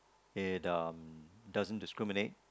it um doesn't discriminate